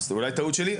אולי טעות שלי.